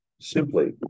simply